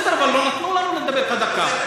בסדר, אבל לא נתנו לנו לדבר את הדקה.